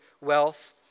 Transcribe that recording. wealth